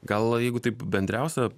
gal jeigu taip bendriausia